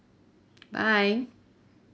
bye